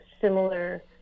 similar